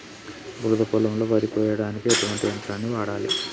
బురద పొలంలో వరి కొయ్యడానికి ఎటువంటి యంత్రాన్ని వాడాలి?